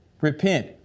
Repent